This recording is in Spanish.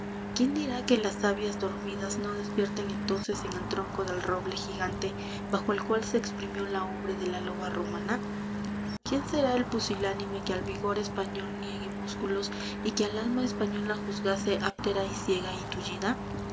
quién dirá que las savias dormidas no despierten entonces en el tronco del roble gigante bajo el cual se exprimió la ubre de la loba romana quién será el pusilánime que al vigor español niegue músculos y que al alma española juzgase áptera y ciega y